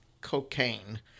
cocaine